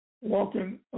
walking